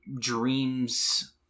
dreams